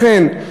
לכן,